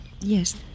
Yes